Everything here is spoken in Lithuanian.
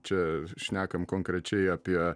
čia šnekam konkrečiai apie